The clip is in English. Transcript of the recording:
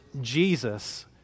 Jesus